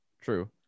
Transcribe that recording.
True